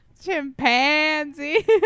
Chimpanzee